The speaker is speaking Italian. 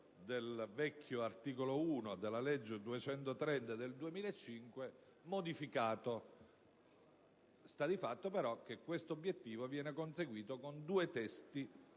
del vecchio articolo 1 della legge n. 230 del 2005. Sta di fatto, però, che questo obiettivo viene conseguito con due testi,